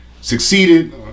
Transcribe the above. succeeded